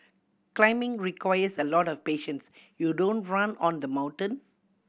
climbing requires a lot of patience you don't run on the mountain